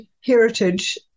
heritage